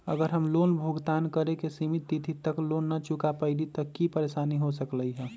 अगर हम लोन भुगतान करे के सिमित तिथि तक लोन न चुका पईली त की की परेशानी हो सकलई ह?